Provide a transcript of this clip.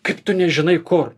kaip tu nežinai kur